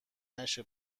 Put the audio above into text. نشه